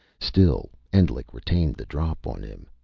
still, endlich retained the drop on him.